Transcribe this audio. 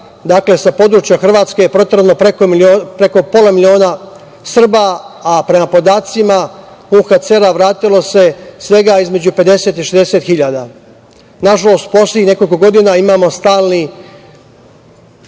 Dakle, sa područja Hrvatske proterano je preko pola miliona Srba, a prema podacima UNHCR-a, vratilo se svega između 50 i 60 hiljada. Nažalost, poslednjih nekoliko godina imamo stalni